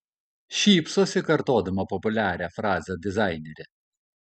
šypsosi kartodama populiarią frazę dizainerė